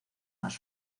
más